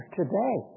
today